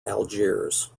algiers